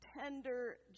tender